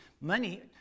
money